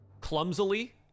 clumsily